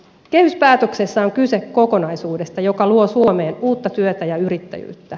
kehyspäätöksessä on kyse kokonaisuudesta joka luo suomeen uutta työtä ja yrittäjyyttä